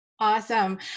Awesome